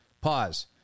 Pause